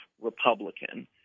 Republican